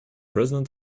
president